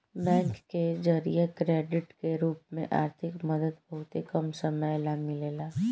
bank के जरिया credit के रूप में आर्थिक मदद बहुते कम समय ला मिलेला